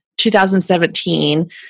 2017